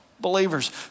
believers